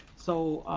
so,